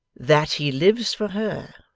that he lives for her,